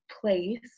place